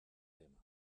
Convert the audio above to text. témer